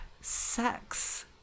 sex